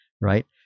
right